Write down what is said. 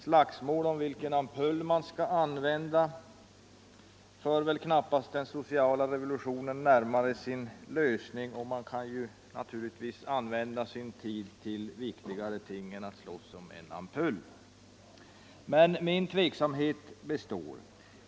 Slagsmål om vilken ampull man skall använda för väl knappast frågan om den sociala revolutionen närmare sin lösning, och man kan naturligtvis använda sin tid till viktigare ting än att slåss om en ampull. Men min tveksamhet består.